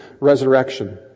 resurrection